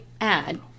add